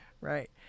Right